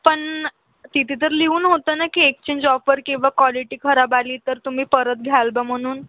पण तिथे तर लिहून होतं ना की एक्चेंज ऑफर केव्हा क्वालिटी खराब आली तर तुम्ही परत घ्याल बा म्हणून